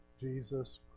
Jesus